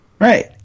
Right